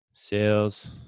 sales